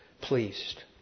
pleased